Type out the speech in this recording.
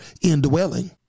indwelling